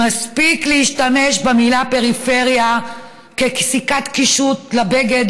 מספיק להשתמש במילה "פריפריה" כסיכת קישוט לבגד,